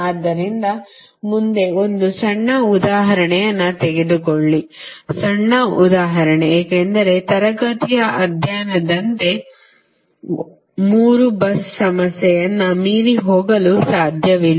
ಆದ್ದರಿಂದ ಮುಂದೆ ಒಂದು ಸಣ್ಣ ಉದಾಹರಣೆಯನ್ನು ತೆಗೆದುಕೊಳ್ಳಿ ಸಣ್ಣ ಉದಾಹರಣೆ ಏಕೆಂದರೆ ತರಗತಿಯ ಅಧ್ಯಯನದಂತೆ 3 bus ಸಮಸ್ಯೆಯನ್ನು ಮೀರಿ ಹೋಗಲು ಸಾಧ್ಯವಿಲ್ಲ